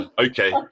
Okay